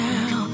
Now